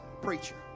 preacher